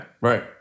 Right